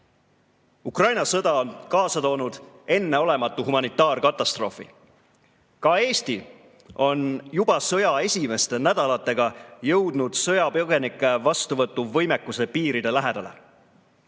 Ukraina sõda on kaasa toonud enneolematu humanitaarkatastroofi. Ka Eesti on juba sõja esimeste nädalatega jõudnud sõjapõgenike vastuvõtu võimekuse piiride lähedale.